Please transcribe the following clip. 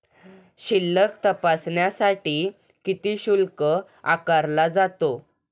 शिल्लक तपासण्यासाठी किती शुल्क आकारला जातो?